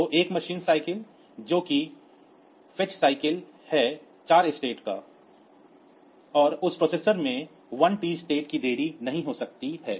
तो 1 machine cycle जो कि भ्रूण साइकिल है 4 t state का है और उस प्रोसेसर में 1 t State की देरी नहीं हो सकती है